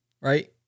right